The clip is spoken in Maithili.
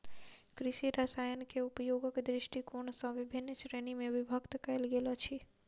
कृषि रसायनकेँ उपयोगक दृष्टिकोण सॅ विभिन्न श्रेणी मे विभक्त कयल गेल अछि